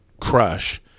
crush –